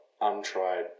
untried